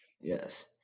Yes